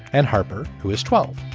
and harper, who is twelve,